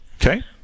Okay